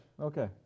Okay